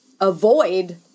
avoid